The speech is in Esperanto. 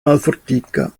malfortika